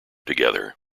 together